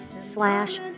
slash